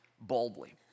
boldly